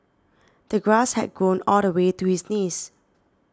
the grass had grown all the way to his knees